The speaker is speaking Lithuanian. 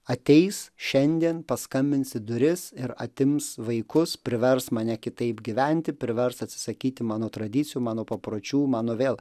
ateis šiandien paskambins į duris ir atims vaikus privers mane kitaip gyventi privers atsisakyti mano tradicijų mano papročių mano vėl